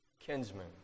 kinsmen